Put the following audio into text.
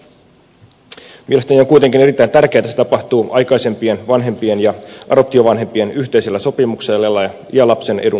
mielestäni on kuitenkin erittäin tärkeää että se tapahtuu aikaisempien vanhempien ja adoptiovanhempien yhteisellä sopimuksella ja lapsen edun huomioon ottaen